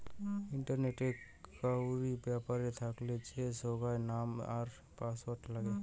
ইন্টারনেটে কাউরি ব্যাপার থাকলে যে সোগায় নাম আর পাসওয়ার্ড নাগে